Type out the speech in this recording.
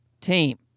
team